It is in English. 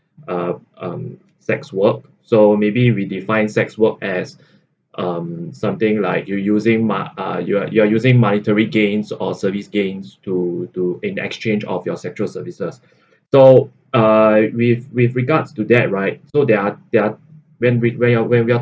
uh um sex work so maybe we define sex work as um something like you using my uh you are you are using monetary gains or service gains to to in exchange of your sexual services so uh with with regards to that right so there are there are when we when you are where we are